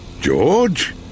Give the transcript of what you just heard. George